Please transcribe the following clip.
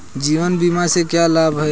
जीवन बीमा से क्या लाभ हैं?